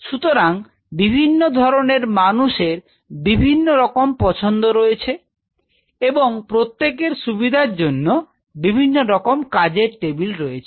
সুতরাং বিভিন্ন ধরনের মানুষের বিভিন্ন রকম পছন্দ হয়েছে এবং প্রত্যেকের সুবিধা র জন্য বিভিন্ন রকম কাজের টেবিল রয়েছে